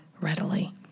readily